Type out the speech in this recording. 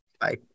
Bye